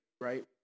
right